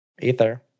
ether